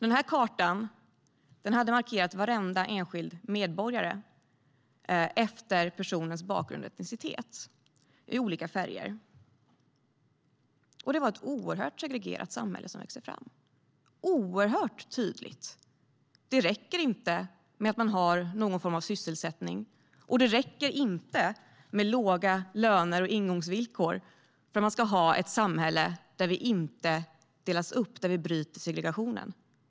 På kartan hade man markerat, i olika färger, varenda enskild medborgare efter personens bakgrund och etnicitet. Det var ett oerhört segregerat samhälle som växte fram. Det var oerhört tydligt. Det räcker inte med att ha någon form av sysselsättning och det räcker inte med låga löner och andra ingångsvillkor för att det ska vara ett samhälle där vi inte delas upp, där vi bryter segregationen.